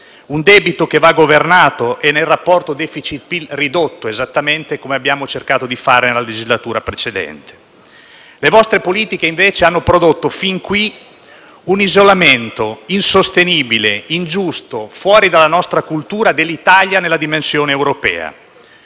un debito che va governato e, nel rapporto *deficit*-PIL, ridotto, esattamente come abbiamo cercato di fare nella legislatura precedente. Le vostre politiche, invece, hanno prodotto fin qui un isolamento insostenibile, ingiusto, fuori dalla nostra cultura dell'Italia nella dimensione europea;